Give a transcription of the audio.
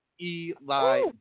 Eli